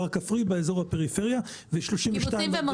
הכפרי באזור הפריפריה ו-32 --- קיבוצים?